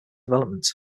development